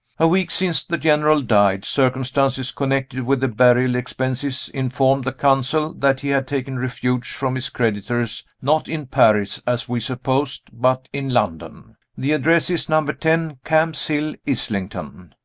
a week since the general died, circumstances connected with the burial expenses informed the consul that he had taken refuge from his creditors, not in paris as we supposed, but in london. the address is, number ten, camp's hill, islington.